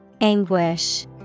Anguish